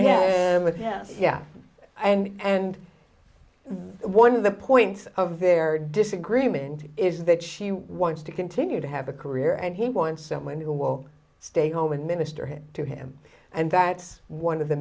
mean with him yeah and one of the points of their disagreement is that she wants to continue to have a career and he wants someone who will stay home and minister him to him and that's one of the